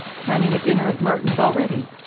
planning a dinner at martin's already.